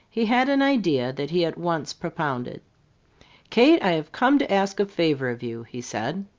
he had an idea that he at once propounded kate, i have come to ask a favour of you, he said.